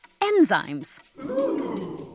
enzymes